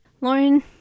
Lauren